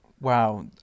wow